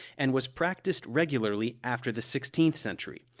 and was practiced regularly after the sixteenth century.